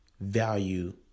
value